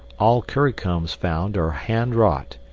all currycombs found are handwrought,